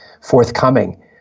forthcoming